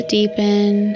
deepen